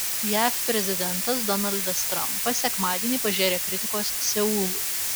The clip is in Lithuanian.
jav prezidentas donaldas trampas sekmadienį pažėrė kritikos seului